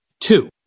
Two